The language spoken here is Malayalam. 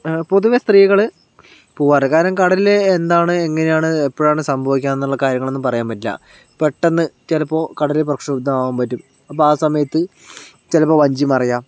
പൊതുവെ സ്ത്രീകള് പോവാറ് കാരണം കടലില് എന്താണ് എങ്ങനെയാണ് എപ്പോഴാണ് സംഭവിക്കുകാന്നുള്ള കാര്യങ്ങളൊന്നും പറയാൻ പറ്റില്ല പെട്ടന്ന് ചിലപ്പോൾ കടല് പ്രക്ഷുബ്ധമാവാൻ പറ്റും അപ്പം ആ സമയത്ത് വഞ്ചി ചിലപ്പോൾ വഞ്ചി മറിയാം